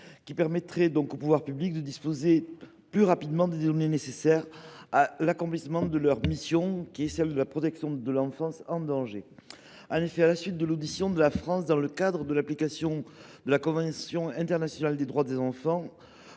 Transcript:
permettraient aux pouvoirs publics de disposer plus rapidement des données nécessaires à l’accomplissement de leur mission de protection de l’enfance en danger. En effet, à la suite de l’audition de la France dans le cadre de l’application de la Convention internationale des droits de l’enfant,